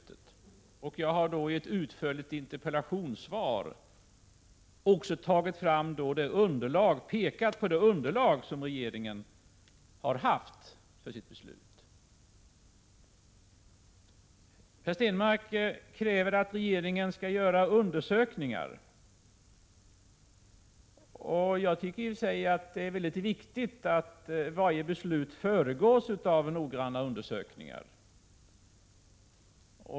Jag har i ett utförligt interpellationssvar också pekat på det underlag som regeringen har haft för sitt beslut. Per Stenmarck kräver att regeringen skall göra undersökningar. Jag tycker i och för sig att det är viktigt att varje beslut föregås av noggranna undersökningar.